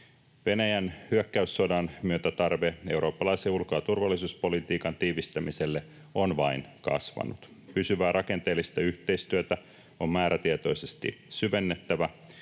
Venäjän hyökkäyssodan myötä tarve eurooppalaisen ulko- ja turvallisuuspolitiikan tiivistämiselle on vain kasvanut. Pysyvää rakenteellista yhteistyötä on määrätietoisesti syvennettävä,